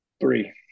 Three